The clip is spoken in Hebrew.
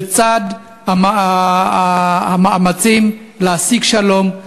לצד המאמצים להשיג שלום,